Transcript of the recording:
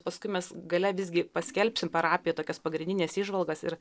paskui mes gale visgi paskelbsim parapijoj tokias pagrindines įžvalgas ir